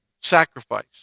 sacrifice